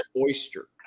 oyster